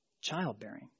childbearing